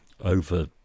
over